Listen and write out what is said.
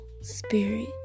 spirit